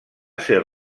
ser